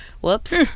whoops